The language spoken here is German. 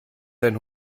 dein